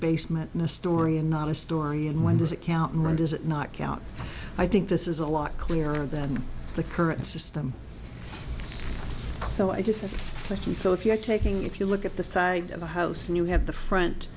basement and a story and not a story and when does it count and when does it not count i think this is a lot clearer than the current system so i just like you so if you're taking if you look at the side of the house and you have the front